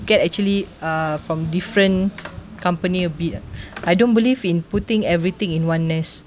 get actually uh from different company a bit ah I don't believe in putting everything in one nest